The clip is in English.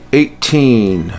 eighteen